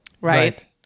right